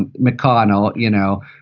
and mcconnell you know,